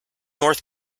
north